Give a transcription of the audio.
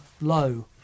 low